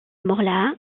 morlaàs